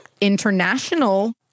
international